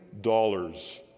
dollars